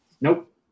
Nope